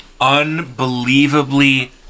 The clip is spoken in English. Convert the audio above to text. unbelievably